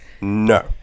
no